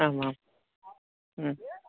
आम् आम्